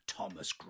Thomas